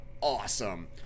awesome